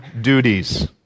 duties